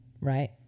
right